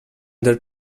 their